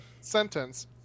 sentence